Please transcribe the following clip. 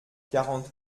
quarante